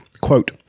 Quote